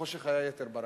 החושך היה יתר ברק.